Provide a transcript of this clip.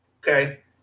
Okay